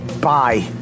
bye